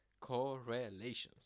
correlations